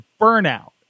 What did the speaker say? burnout